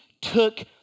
took